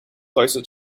closer